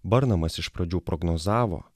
burnamas iš pradžių prognozavo